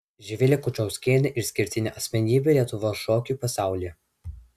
živilė kučauskienė išskirtinė asmenybė lietuvos šokių pasaulyje